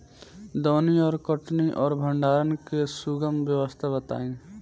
दौनी और कटनी और भंडारण के सुगम व्यवस्था बताई?